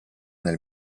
nel